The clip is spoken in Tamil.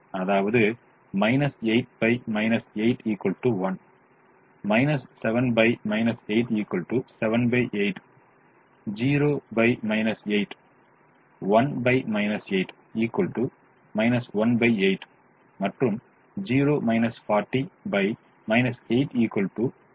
அதாவது 8 8 1 7 8 7 8 0 8 1 8 1 8 மற்றும் 0 - 40 8 5 ஆகும்